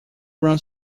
runs